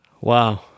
wow